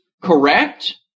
correct